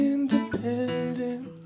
Independent